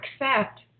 accept